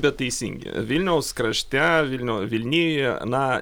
bet teisingi vilniaus krašte vilnio vilnijoje na